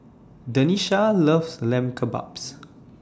Denisha loves Lamb Kebabs